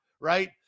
right